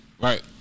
Right